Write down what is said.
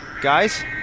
Guys